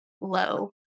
low